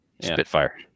Spitfire